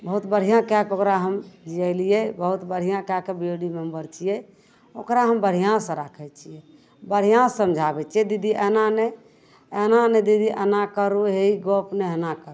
बहुत बढ़िआँ कै के ओकरा हम जे अएलिए बहुत बढ़िआँ कै के बी ओ डी मेम्बर छिए ओकरा हम बढ़िआँसे राखै छिए बढ़िआँसे समझाबै छिए दीदी एना नहि एना नहि दीदी एना करू हे ई गप नहि एना करू